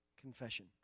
confession